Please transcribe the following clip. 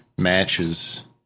matches